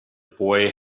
boy